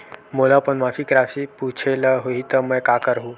मोला अपन मासिक राशि पूछे ल होही त मैं का करहु?